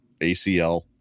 ACL